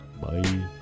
Bye